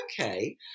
okay